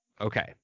Okay